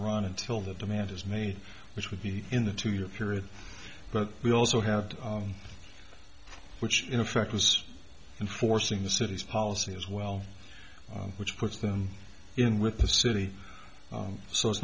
run until the demand is made which would be in the two year period but we also have to which in effect was enforcing the city's policy as well which puts them in with the city so it's